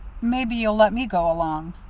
maybe you'll let me go along.